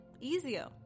easier